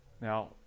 Now